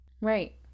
Right